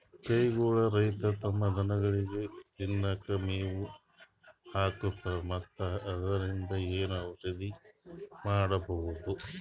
ಕಳಿಗೋಳ್ ರೈತರ್ ತಮ್ಮ್ ದನಗೋಳಿಗ್ ತಿನ್ಲಿಕ್ಕ್ ಮೆವ್ ಹಾಕ್ತರ್ ಮತ್ತ್ ಅದ್ರಿನ್ದ್ ಏನರೆ ಔಷದ್ನು ಮಾಡ್ಬಹುದ್